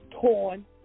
torn